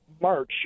March